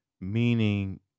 Meaning